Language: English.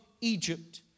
Egypt